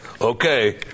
Okay